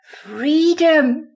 freedom